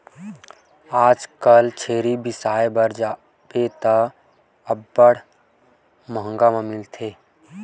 आजकल छेरी बिसाय बर जाबे त अब्बड़ मंहगा म मिलथे